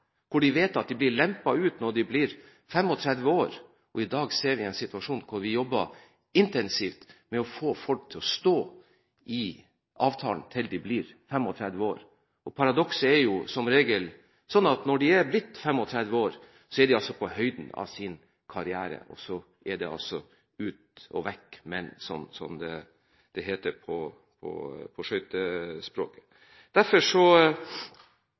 de vet at de blir lempet ut når de blir 35 år? I dag jobber man intensivt med å få folk til å stå i avtalen til de blir 35 år. Paradokset er jo – som regel – at når de har blitt 35 år, er de altså på høyden av sin karriere, men da er det altså ut og «vekk me'n», som det heter på